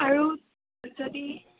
আৰু যদি